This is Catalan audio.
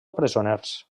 presoners